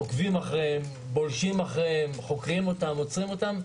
עוקבים ובולשים אחריהם, חוקרים ועוצרים אותם.